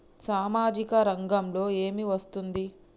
సామాజిక రంగంలో ఏమి వస్తుంది?